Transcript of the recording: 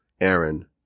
Aaron